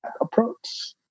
approach